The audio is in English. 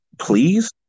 Please